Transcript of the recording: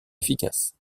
efficace